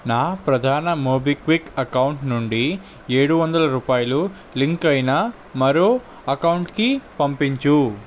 నా ప్రధాన MobiKwik account నుండి ఏడువందల రూపాయలు లింకు అయిన మరో అకౌంటుకి పంపించు